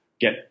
get